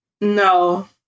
no